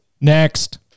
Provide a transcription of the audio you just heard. Next